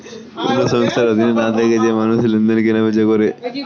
কোন সংস্থার অধীনে না থেকে যে মানুষ লেনদেন, কেনা বেচা করে